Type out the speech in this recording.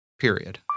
period